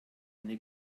eine